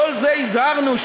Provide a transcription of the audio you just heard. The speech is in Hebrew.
כל זה, הזהרנו,